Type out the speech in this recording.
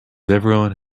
everyone